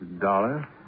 Dollar